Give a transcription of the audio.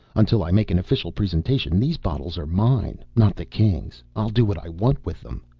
until i make an official presentation, these bottles are mine, not the kings'. i'll do what i want with them.